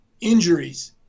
injuries